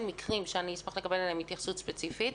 מקרים שאשמח לקבל עליהם התייחסות ספציפית,